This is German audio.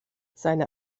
seine